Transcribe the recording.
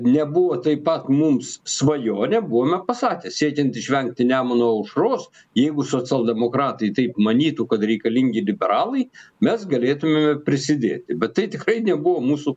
nebuvo taip pat mums svajonė buvome pasakę siekiant išvengti nemuno aušros jeigu socialdemokratai taip manytų kad reikalingi liberalai mes galėtumėme prisidėti bet tai tikrai nebuvo mūsų